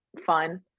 fun